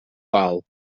gol